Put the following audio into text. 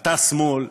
אתה שמאל,